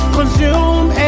Consume